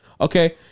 Okay